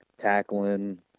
tackling